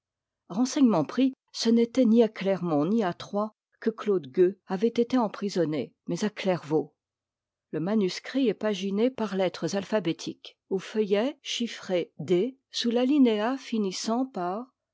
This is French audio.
renseignements pris ce n'était ni à clermont ni à troyes que claude gueux avait été emprisonné mais à clairvaux le manuscrit est paginé par lettres alphabétiques au feuillet chiffré d sous l'alinéa finissant par